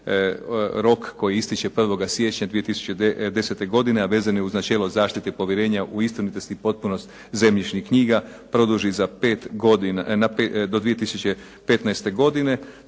rok koji ističe 01. siječnja 2010. godine, a vezan je uz načelo zaštite povjerenja u istinitost i potpunost zemljišnih knjiga produži za 5 godina, do 2015. godine.